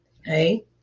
hey